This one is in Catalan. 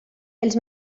els